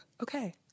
okay